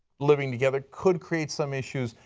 living together could create some issues,